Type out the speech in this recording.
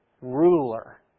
ruler